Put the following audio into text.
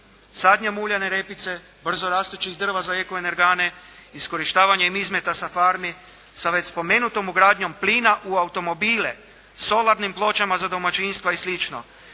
sadnjom uljane repice, brzorastućih drva za ekoenergane, iskorištavanjem izmeta sa farmi sa već spomenutom ugradnjom plina u automobile, solarnim ploćama za domaćinstva i